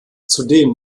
zudem